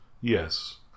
Yes